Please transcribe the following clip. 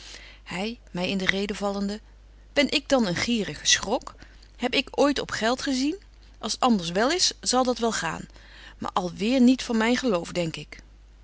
my in de reden vallende ben ik dan een gierige schrok heb ik ooit op geld gezien als t anders wel is zal dat wel gaan maar al weêr niet van myn geloof denk ik